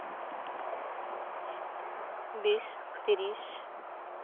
ᱵᱤᱥ ᱛᱨᱤᱥ